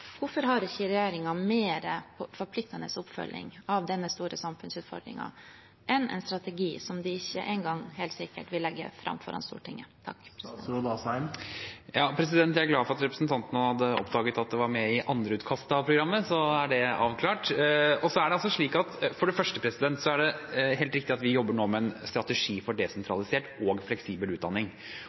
Hvorfor har ikke regjeringen en mer forpliktende oppfølging av denne store samfunnsutfordringen enn en strategi som de ikke engang helt sikkert vil legge fram for Stortinget? Jeg er glad for at representanten hadde oppdaget at det var med i andreutkastet av programmet – så er det avklart. For det første er det helt riktig at vi nå jobber med en strategi for desentralisert og fleksibel utdanning.